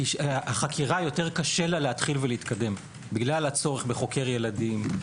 כי החקירה יותר קשה לה להתחיל ולהתקדם בגלל הצורך בחוקר ילדים,